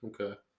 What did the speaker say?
Okay